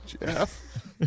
Jeff